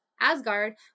Asgard